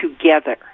together